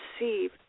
receive